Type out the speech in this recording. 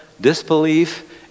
disbelief